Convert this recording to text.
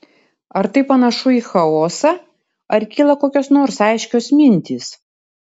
ar tai panašu į chaosą ar kyla kokios nors aiškios mintys